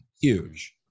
Huge